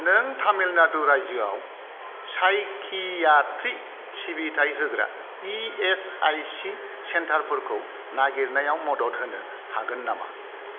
नों तामिलनाडु रायजोआव साइकियाट्रि सिबिथाइ होग्रा इएसआइसि सेन्टारफोरखौ नागिरनायाव मदद होनो हागोन नामा